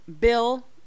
Bill